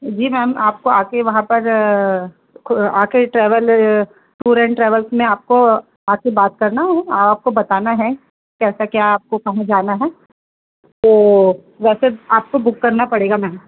जी ma'am आपको आकर वहाँ पर आकर ट्रेवल टूर एंड ट्रेवल्स में आपको आकर बात करना है आपको बताना है कैसा क्या आपको कहाँ जाना है तो वैसे आपको बुक करना पड़ेगा मैम